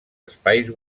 espais